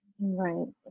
Right